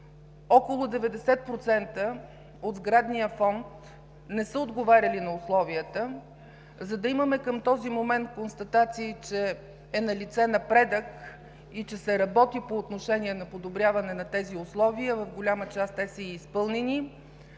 около 90% от сградния фонд не са отговаряли на условията, за да имаме към този момент констатации, че е налице напредък и че се работи по отношение на подобряване на тези условия. В голяма част те са изпълнени.